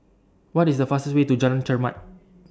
What IS The fastest Way to Jalan Chermat